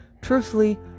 Truthfully